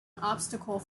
obstacle